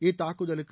இத்தாக்குதலுக்கு